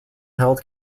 held